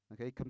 Okay